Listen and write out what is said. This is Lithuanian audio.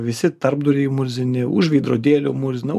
murzini už veidrodėlių murzina už numerių